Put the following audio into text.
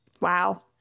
Wow